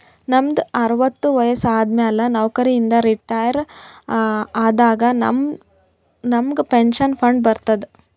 ನಮ್ದು ಅರವತ್ತು ವಯಸ್ಸು ಆದಮ್ಯಾಲ ನೌಕರಿ ಇಂದ ರಿಟೈರ್ ಆದಾಗ ನಮುಗ್ ಪೆನ್ಷನ್ ಫಂಡ್ ಬರ್ತುದ್